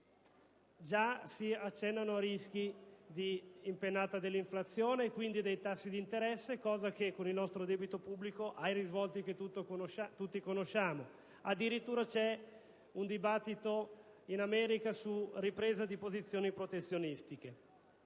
già si accennano rischi di impennata dell'inflazione e, quindi, dei tassi di interesse, circostanza che con il nostro debito pubblico ha i risvolti che tutti conosciamo. Addirittura è in corso un dibattito in America sulla ripresa di posizioni protezionistiche.